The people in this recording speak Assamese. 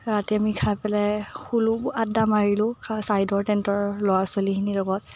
ৰাতি আমি খাই পেলাই শুলো আদ্দা মাৰিলোঁ ছাইদৰ টেণ্টৰ ল'ৰা ছোৱালীখিনিৰ লগত